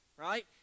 right